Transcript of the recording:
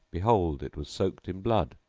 behold, it was soaked in blood.